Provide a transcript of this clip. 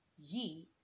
ye